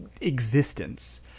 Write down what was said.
existence